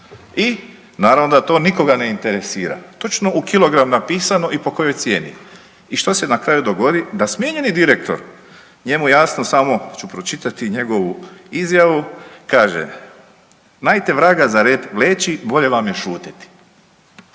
i naravno da to nikoga ne interesira. Točno u kilogram napisano i po kojoj cijeni. I što se na kraju dogodi? Da smijenjeni direktor, njemu jasno samo ću pročitati njegovu izjavu, kaže: „Najte vraga za rep vleči bolje vam je šuteti.“